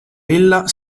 ella